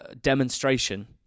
demonstration